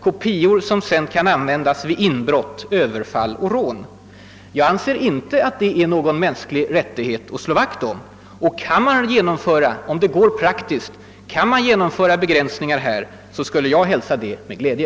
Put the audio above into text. kopior som sedan kan användas vid inbrott, överfall och rån? Jag anser inte att det är någon mänsklig rättighet att slå vakt om. Om det praktiskt går att genomföra begränsningar på det här området hälsar jag det med glädje.